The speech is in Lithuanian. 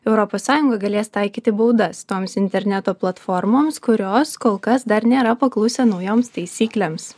europos sąjungoj galės taikyti baudas toms interneto platformoms kurios kol kas dar nėra paklusę naujoms taisyklėms